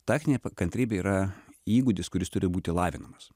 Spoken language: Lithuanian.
taktinė kantrybė yra įgūdis kuris turi būti lavinamas